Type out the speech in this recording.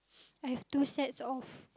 I have two sets of